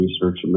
research